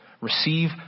receive